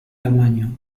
tamaño